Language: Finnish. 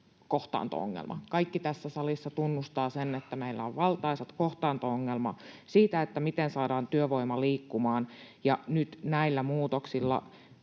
kohtaanto-ongelma. Kaikki tässä salissa tunnustavat sen, että meillä on valtaisa kohtaanto-ongelma siinä, miten saadaan työvoima liikkumaan. Ja nyt näillä muutoksilla